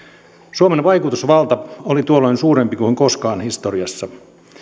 suomen vaikutusvalta oli tuolloin suurempi kuin koskaan historiassa